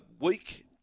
week